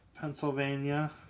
pennsylvania